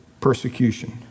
persecution